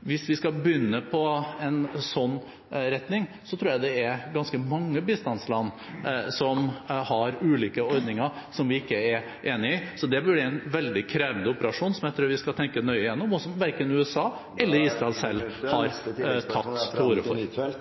Hvis vi skal begynne på en sånn retning, tror jeg vi vil se at det er ganske mange bistandsland som har ulike ordninger som vi ikke er enig i. Så det blir en veldig krevende operasjon, som jeg tror vi skal tenke nøye igjennom, og som verken USA eller Israel selv har tatt til orde for. Anniken